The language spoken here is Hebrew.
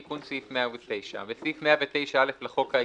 "תיקון סעיף 109 8. בסעיף 109(א) לחוק העיקרי,